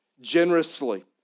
generously